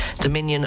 Dominion